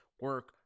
Work